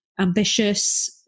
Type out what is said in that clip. ambitious